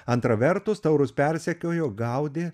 antra vertus taurus persekiojo gaudė